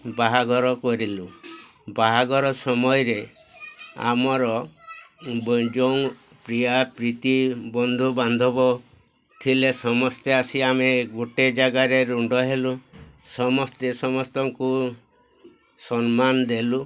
ବାହାଘର କରିଲୁ ବାହାଘର ସମୟରେ ଆମର ଯେଉଁ ପ୍ରିୟା ପ୍ରୀତି ବନ୍ଧୁବାନ୍ଧବ ଥିଲେ ସମସ୍ତେ ଆସି ଆମେ ଗୋଟେ ଜାଗାରେ ରୁଣ୍ଡ ହେଲୁ ସମସ୍ତେ ସମସ୍ତଙ୍କୁ ସମ୍ମାନ ଦେଲୁ